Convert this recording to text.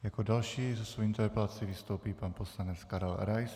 Jako další se svou interpelací vystoupí pan poslanec Karel Rais.